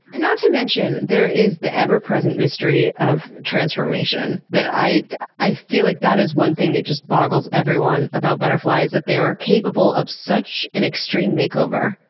not to mention there is the ever-present mystery of transformation that, i i feel like that is one thing that just boggles everyone about butterflies. that they are capable of such an extreme makeover.